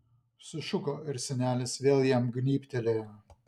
sušuko ir senelis vėl jam gnybtelėjo